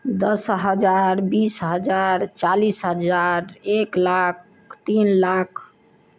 दस हजार बीस हजार चालीस हजार एक लाख तीन लाख